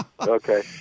Okay